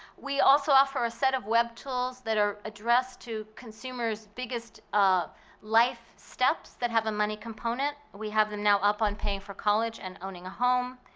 we also offer a set of web tools that are addressed to consumer's biggest life steps that have a money component. we have them now up on paying for college and owning a home.